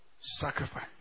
sacrifice